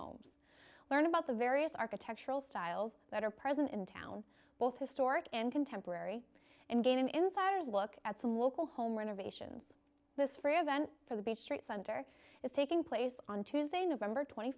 homes learn about the various architectural styles that are present in town both historic and contemporary and gain an insider's look at some local home renovations this free event for the beach street center is taking place on tuesday november twenty